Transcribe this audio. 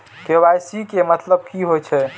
KYC के मतलब कि होई छै?